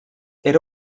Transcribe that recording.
era